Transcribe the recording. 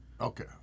Okay